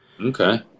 Okay